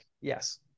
Yes